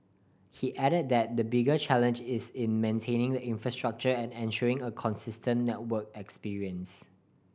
he added that the bigger challenge is in maintaining the infrastructure and ensuring a consistent network experience